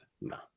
No